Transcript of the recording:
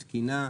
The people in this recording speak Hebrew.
תקינה,